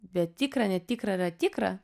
bet tikra netikra yra tikra